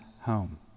home